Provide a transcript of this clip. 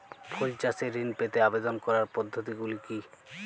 ফুল চাষে ঋণ পেতে আবেদন করার পদ্ধতিগুলি কী?